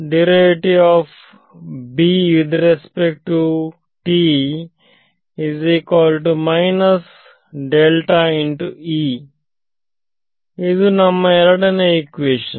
i ಇದು ನಮ್ಮ ಎರಡನೇಇಕ್ವಿಷನ್